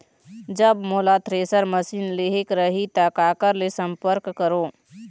जब मोला thresher machine लेहेक रही ता काकर ले संपर्क करों?